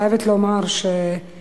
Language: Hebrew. אני חייבת לומר שכן,